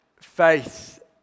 faith